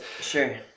Sure